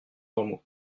normaux